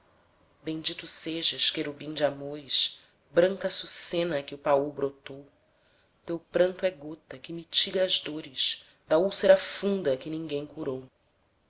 bendito sejas querubim de amores branca açucena que o paul brotou teu pranto é gota que mitiga as dores da úlcera funda que ninguém curou